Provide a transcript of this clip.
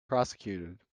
prosecuted